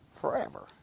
forever